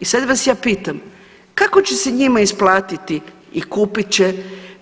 I sad vas ja pitam, kako će se njima isplatiti i kupit će